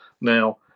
Now